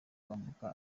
kwambuka